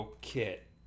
kit